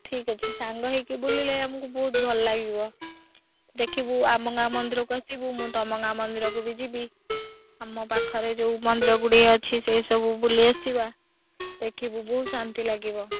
ଠିକ୍ ଅଛି ସାଙ୍ଗ ହୋଇକି ବୁଲିଲେ ଆମକୁ ବହୁତ ଭଲ ଲାଗିବ ଦେଖିବୁ ଆମ ଗାଁ ମନ୍ଦିର କୁ ଆସିବୁ ମୁଁ ତମ ଗାଁ ମନ୍ଦିରକୁ ବି ଯିବି ଆମ ପାଖରେ ଯେଉଁ ମନ୍ଦିର ଗୁଡ଼େ ଅଛି ସେ ସବୁ ବୁଲି ଆସିବା ଦେଖିବୁ ବହୁ ଶାନ୍ତି ଲାଗିବ